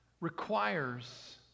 requires